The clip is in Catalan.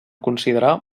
considerar